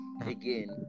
again